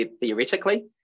theoretically